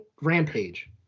Rampage